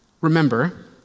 remember